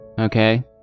okay